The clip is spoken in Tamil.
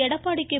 எடப்பாடி கே